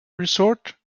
resort